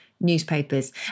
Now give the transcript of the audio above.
newspapers